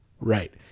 Right